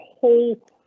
whole